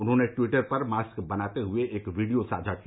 उन्होंने टिवटर पर मास्क बनाते हए एक वीडियो साझा किया